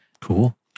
Cool